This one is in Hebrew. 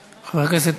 שטוענים: